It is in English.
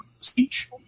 speech